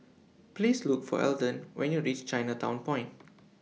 Please Look For Elden when YOU REACH Chinatown Point